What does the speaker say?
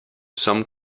some